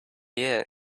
years